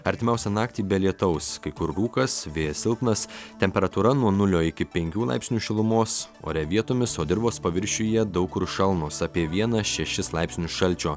artimiausią naktį be lietaus kai kur rūkas vėjas silpnas temperatūra nuo nulio iki penkių laipsnių šilumos ore vietomis o dirvos paviršiuje daug kur šalnos apie vieną šešis laipsnius šalčio